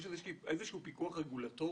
יש איזה שהוא פיקוח רגולטורי?